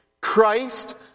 Christ